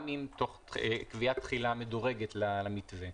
גם עם קביעת תחילה מדורגת למתווה.